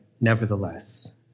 nevertheless